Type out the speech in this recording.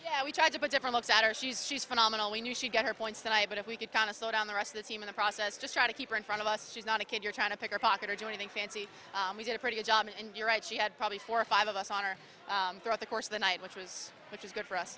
yeah we tried to put different looks at her she's she's phenomenal we knew she'd get her points that i had but if we could kind of slow down the rest of the team in the process just try to keep her in front of us she's not a kid you're trying to pick her pocket or do anything fancy and we did a pretty good job and you're right she had probably four or five of us on our throughout the course of the night which was which is good for us